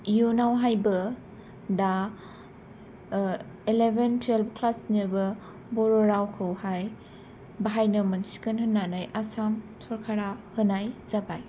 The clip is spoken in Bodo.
इयुनावहायबो दा ओ एलेवेन टुवेल्भ क्लासनिबो बर' रावखौहाय बाहायनो मोनसिगोन होननानै आसाम सरकारा होनाय जाबाय